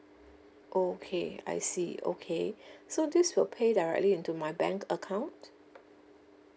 okay I see okay so this will pay directly into my bank account